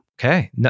Okay